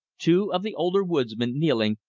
two of the older woodsmen, kneeling,